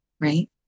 right